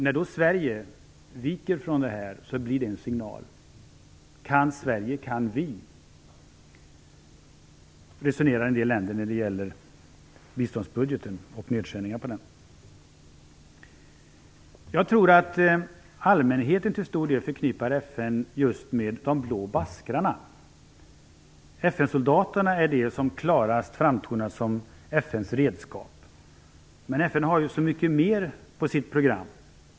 När Sverige viker från det här blir det en signal. Kan Sverige så kan vi, så resonerar man i en del länder när det gäller biståndsbudgeten och nedskärningar av den. Jag tror att allmänheten till stor del förknippar FN med just de blå baskrarna. FN-soldaterna framtonar klarast som FN:s redskap. Men FN har så mycket mera på sitt program.